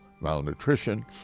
malnutrition